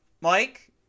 Mike